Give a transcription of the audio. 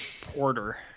Porter